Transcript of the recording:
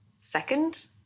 second